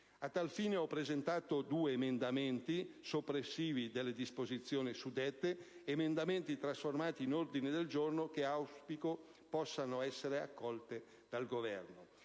A tal fine, ho presentato due emendamenti soppressivi delle disposizioni suddette, emendamenti trasformati in ordini del giorno che auspico possano essere accolti dal Governo.